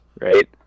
right